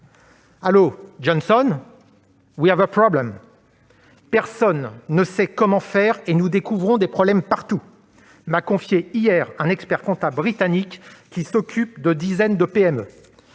Premier ministre britannique. « Personne ne sait comment faire et nous découvrons des problèmes partout !», m'a confié hier un expert-comptable britannique qui s'occupe de dizaines de PME.